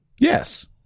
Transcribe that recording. Yes